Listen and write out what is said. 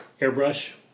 Airbrush